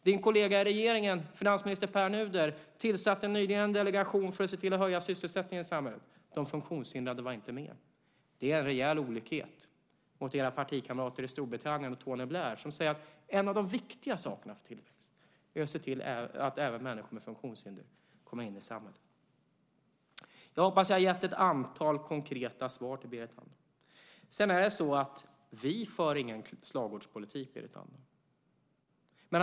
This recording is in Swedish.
Din kollega i regeringen, finansminister Pär Nuder, tillsatte nyligen en delegation för att se till att höja sysselsättningen i samhället. De funktionshindrade var inte med. Det är en rejäl olikhet mot era partikamrater i Storbritannien och Tony Blair som säger att en av de viktiga sakerna för tillväxt är att se till att även människor med funktionshinder kommer in i samhället. Jag hoppas att jag har gett ett antal konkreta svar till Berit Andnor. Vi för ingen slagordspolitik, Berit Andnor.